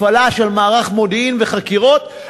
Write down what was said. הפעלה של מערך מודיעין וחקירות.